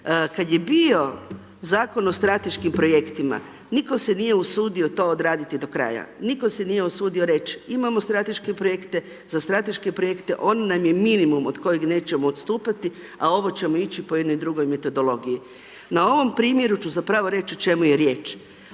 Kada je bio Zakon strateškim projektima nitko se nije usudio to odraditi do kraja. Nitko se nije usudio reći, imamo strateške projekte, za strateške projekte ono nam je minimum od kojeg nećemo odstupati a ovo ćemo ići po jednoj drugoj metodologiji. Na ovom primjeru ću zapravo reći o čemu je riječ.